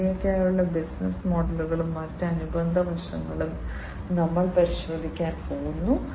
അടുത്ത പ്രഭാഷണത്തിൽ IIoT Industrial IoT എന്നിവയ്ക്കായുള്ള ബിസിനസ്സ് മോഡലുകളും മറ്റ് അനുബന്ധ വശങ്ങളും ഞങ്ങൾ പരിശോധിക്കാൻ പോകുന്നു